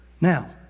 Now